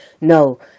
No